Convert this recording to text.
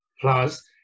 Plus